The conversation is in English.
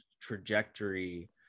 trajectory